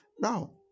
Now